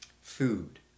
Food